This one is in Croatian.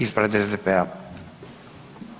Ispred SDP-a.